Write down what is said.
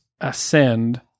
Ascend